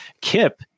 Kip